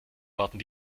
warten